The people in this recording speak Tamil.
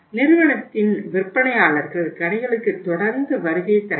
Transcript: நிறுவனத்தின் விற்பனையாளர்கள் கடைகளுக்கு தொடர்ந்து வருகை தர வேண்டும்